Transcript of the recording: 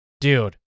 dude